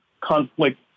conflict